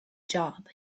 job